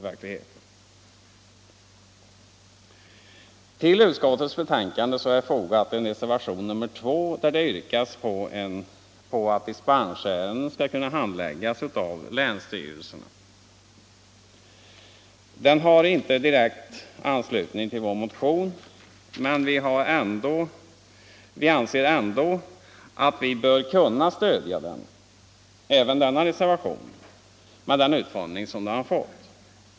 Vid utskottsbetänkandet är också fogad reservationen 2, där det yrkas att dispensärenden skall kunna handläggas av länsstyrelserna. Den har inte direkt anslutning till vår motion, men vi anser ändå att vi kan stödja även denna reservation med den utformning som den har fått.